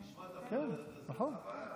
נשמע, נכון.